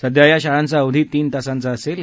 सध्या या शाळांचा अवधी तीन तासांचा असणार आहे